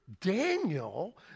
Daniel